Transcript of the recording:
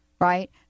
right